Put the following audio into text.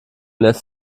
lässt